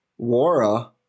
Wara